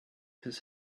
his